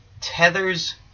tethers